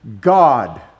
God